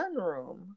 sunroom